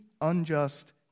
unjust